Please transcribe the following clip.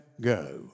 go